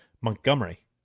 Montgomery